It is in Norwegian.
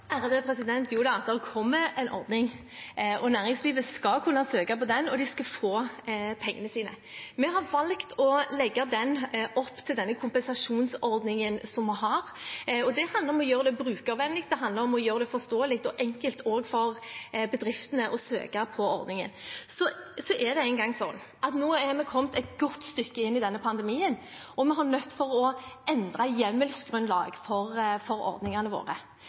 det kommer en ordning. Næringslivet skal kunne søke på den, og de skal få pengene sine. Vi har valgt å legge opp til denne kompensasjonsordningen som vi har, og det handler om å gjøre det brukervennlig, forståelig og enkelt for bedriftene å søke på ordningen. Det er nå engang slik at nå er vi kommet et godt stykke inn i denne pandemien, og vi er nødt til å endre hjemmelsgrunnlag for ordningene våre.